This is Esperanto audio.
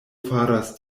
faras